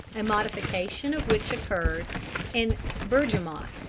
a modification of which occurs in bergamot,